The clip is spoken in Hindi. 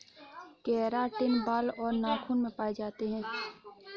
केराटिन बाल और नाखून में पाए जाते हैं